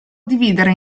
dividere